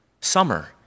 Summer